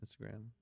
Instagram